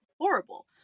horrible